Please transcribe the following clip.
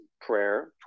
prayer